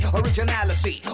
originality